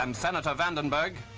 um senator vandenberg,